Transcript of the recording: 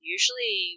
Usually